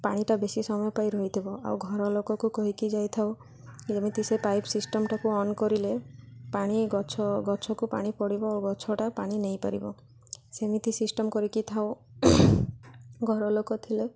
ପାଣିଟା ବେଶୀ ସମୟ ପାଇ ରହିଥିବ ଆଉ ଘରଲୋକକୁ କହିକି ଯାଇଥାଉ ଯେମିତି ସେ ପାଇପ୍ ସିଷ୍ଟମ୍ଟାକୁ ଅନ୍ କରିଲେ ପାଣି ଗଛ ଗଛକୁ ପାଣି ପଡ଼ିବ ଆଉ ଗଛଟା ପାଣି ନେଇପାରିବ ସେମିତି ସିଷ୍ଟମ୍ କରିକିଥାଉ ଘରଲୋକ ଥିଲେ